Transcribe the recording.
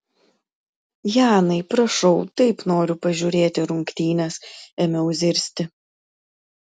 janai prašau taip noriu pažiūrėti rungtynes ėmiau zirzti